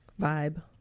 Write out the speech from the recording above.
vibe